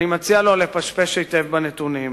אני מציע לו לפשפש היטב בנתונים.